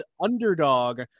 Underdog